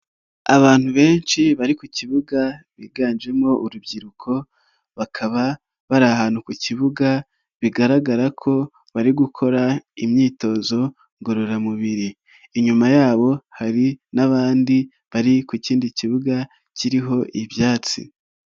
Abantu benshi bari ku kibuga biganjemo urubyiruko, bakaba bari ahantu ku kibuga bigaragara ko bari gukora imyitozo ngororamubiri, inyuma yabo hari n'abandi bari ku kindi kibuga kiriho ibyatsi.